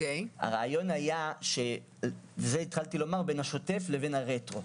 הרעיון היה בין השוטף לבין הרטרו.